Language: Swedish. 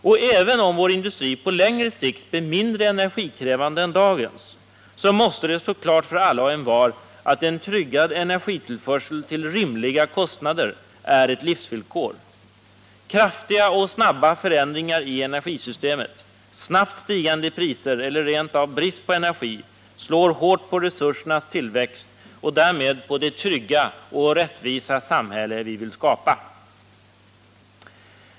Och även om vår industri på längre sikt kommer att bli mindre energikrävande än dagens, måste det stå klart för alla och envar, att en tryggad energitillförsel till rimliga kostnader är ett livsvillkor. Kraftiga och snabba förändringar i energisystemet, snabbt stigande priser eller rent av brist på energi slår hårt på resursernas tillväxt och därmed på det trygga och rättvisa samhälle vi vill skapa.